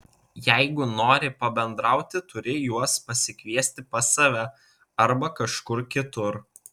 jeigu nori pabendrauti turi juos pasikviesti pas save arba kažkur kitur